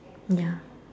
ya